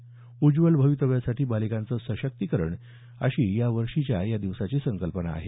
उज्जवल भवितव्यासाठी बालिकांचं सशक्तीकरण अशी यावर्षी या दिवसाची संकल्पना आहे